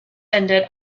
ended